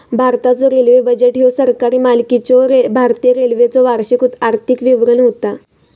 भारताचो railway budget ह्यो सरकारी मालकीच्यो भारतीय रेल्वेचो वार्षिक आर्थिक विवरण होता